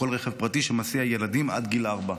בכל רכב פרטי שמסיע ילדים עד גיל ארבע.